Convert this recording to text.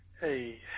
Hey